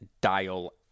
dial